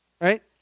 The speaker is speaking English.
Right